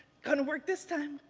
kind of work this time,